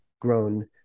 grown